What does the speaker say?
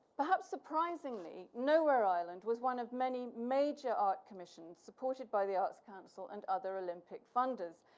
perhaps surprisingly, nowhereisland was one of many major art commissions supported by the arts council and other olympic funders.